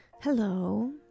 Hello